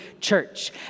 church